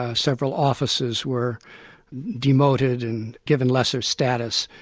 ah several offices were demoted and given lesser status,